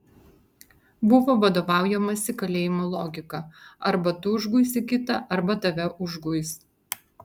buvo vadovaujamasi kalėjimo logika arba tu užguisi kitą arba tave užguis